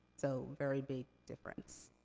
so, very big difference,